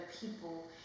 people